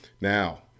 Now